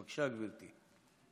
בבקשה, גברתי.